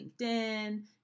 LinkedIn